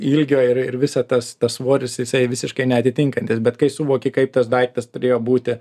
ilgio ir ir visa tas tas svoris jisai visiškai neatitinkantis bet kai suvoki kaip tas daiktas turėjo būti